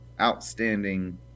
outstanding